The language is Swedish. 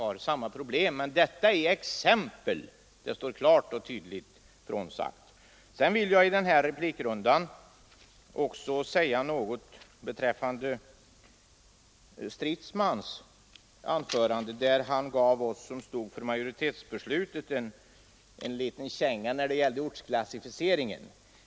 De kommuner vi nämnt i reservationen är exempel; det har vi klart och tydligt sagt ifrån. Jag vill i denna replikrunda också säga några ord beträffande herr Stridsmans anförande. Han gav oss som står för majoritetsbeslutet en liten känga för ortsklassificeringen.